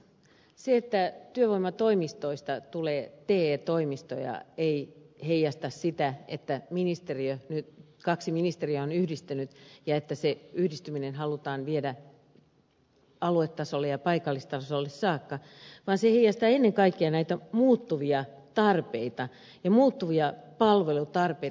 se että työvoimatoimistoista tulee te toimistoja ei heijasta sitä että nyt kaksi ministeriötä on yhdistynyt ja että se yhdistyminen halutaan viedä aluetasolle ja paikallistasolle saakka vaan se heijastaa ennen kaikkea näitä muuttuvia tarpeita ja muuttuvia palvelutarpeita